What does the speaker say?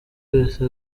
yose